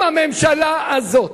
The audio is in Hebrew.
אם הממשלה הזאת,